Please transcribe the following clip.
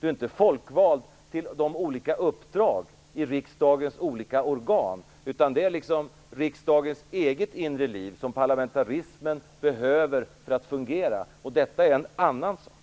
Man är inte folkvald till de olika uppdragen i riksdagens olika organ, utan det är riksdagens eget inre liv som parlamentarismen behöver för att fungera, och detta är en annan sak.